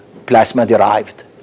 plasma-derived